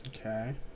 Okay